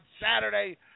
Saturday